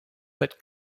but